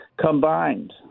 combined